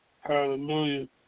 Hallelujah